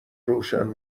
روشن